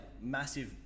massive